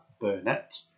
Burnett